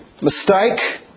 mistake